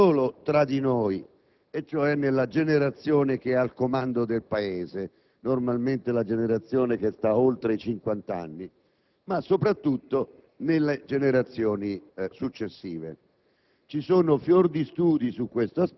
producano effetti non solo tra di noi, cioè nella generazione al comando del Paese - normalmente quella che sta oltre i cinquant'anni - ma soprattutto nelle generazioni successive.